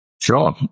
Sure